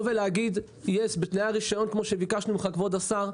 כבוד השר,